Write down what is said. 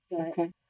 okay